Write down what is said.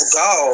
go